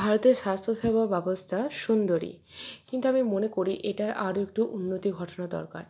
ভারতের স্বাস্থ্যসেবা ব্যবস্থা সুন্দরই কিন্তু আমি মনে করি এটার আরও একটু উন্নতি ঘটানো দরকার